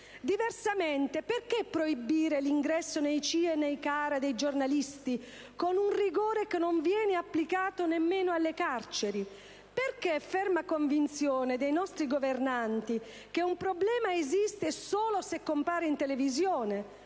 diversamente, perché proibire l'ingresso nei CIE e nei CARA dei giornalisti, con un rigore che non viene applicato nemmeno nelle carceri? Perché è ferma convinzione dei nostri governanti che un problema esiste solo se compare in televisione;